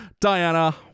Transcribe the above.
Diana